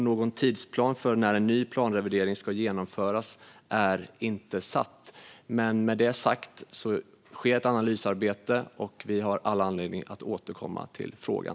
Någon tidsplan för när en ny planrevidering ska genomföras är inte satt, men det sker ett analysarbete, och vi har all anledning att återkomma till frågan.